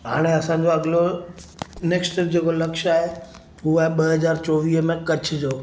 हाणे असांजो अॻलो नैक्स्ट जेको लक्ष्य आहे हूअ आहे ॿ हज़ार चोवीह में कच्छ जो